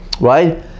right